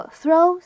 throw